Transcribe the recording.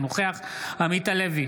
אינו נוכח עמית הלוי,